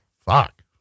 Fuck